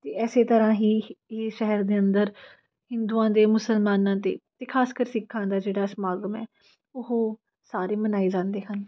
ਅਤੇ ਇਸੇ ਤਰ੍ਹਾਂ ਹੀ ਇਹ ਸ਼ਹਿਰ ਦੇ ਅੰਦਰ ਹਿੰਦੂਆਂ ਦੇ ਮੁਸਲਮਾਨਾਂ ਦੇ ਅਤੇ ਖਾਸ ਕਰ ਸਿੱਖਾਂ ਦਾ ਜਿਹੜਾ ਸਮਾਗਮ ਹੈ ਉਹ ਸਾਰੇ ਮਨਾਏ ਜਾਂਦੇ ਹਨ